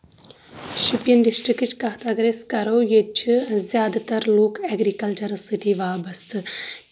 شُپین ڈسٹرکٕچ کَتھ اَگر أسۍ کَرو ییٚتہِ چھِ زیادٕ تر لُکھ ایگریکلچرس سۭتی وابسطہٕ